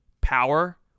Power